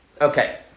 Okay